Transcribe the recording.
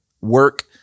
work